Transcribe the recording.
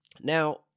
Now